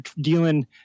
dealing